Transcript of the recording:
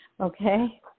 Okay